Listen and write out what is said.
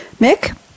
Mick